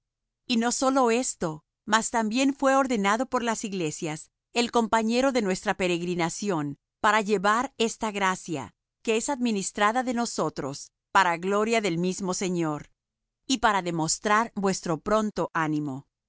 y no sólo esto mas también fué ordenado por las iglesias el compañero de nuestra peregrinación para llevar esta gracia que es administrada de nosotros para gloria del mismo señor y para demostrar vuestro pronto ánimo